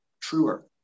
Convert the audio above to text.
truer